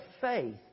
faith